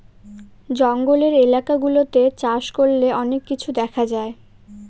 জঙ্গলের এলাকা গুলাতে চাষ করলে অনেক কিছু দেখা যায়